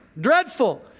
dreadful